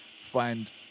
find